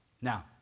Now